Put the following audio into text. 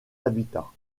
habitat